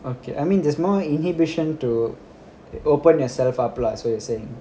okay I mean there's more inhibitions to open yourself up lah so you're saying